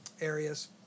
areas